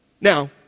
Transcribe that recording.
Now